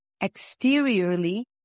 Exteriorly